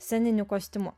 sceniniu kostiumu